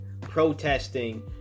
protesting